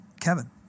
Kevin